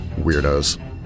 Weirdos